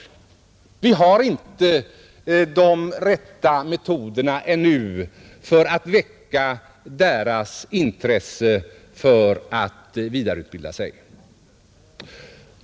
Vi har inte funnit de rätta metoderna ännu för att väcka deras intresse att vidareutbilda sig.